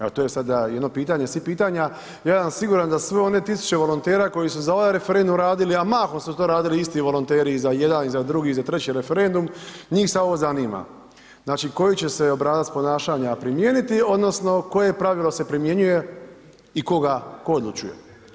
Evo, to je sada jedno pitanje svih pitanja, ja sam siguran sve one tisuće volontera koji su za ovaj referendum radili, a mahom su to radili isti volonteri i za jedan i za drugi i za treći referendum, njih sad ovo zanima, znači koji će se obrazac ponašanja primijeniti odnosno koje pravilo se primjenjuje i ko ga, tko odlučuje.